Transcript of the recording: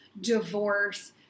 divorce